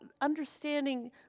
understanding